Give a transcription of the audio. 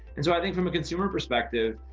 and so i think from a consumer perspective,